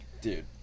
Dude